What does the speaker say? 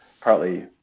partly